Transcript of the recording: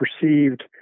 perceived –